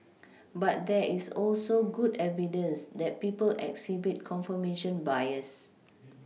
but there is also good evidence that people exhibit confirmation bias